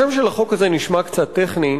השם של החוק הזה נשמע קצת טכני,